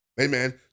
Amen